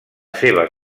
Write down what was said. seva